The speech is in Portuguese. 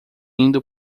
indo